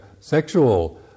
sexual